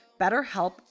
BetterHelp